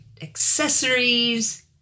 accessories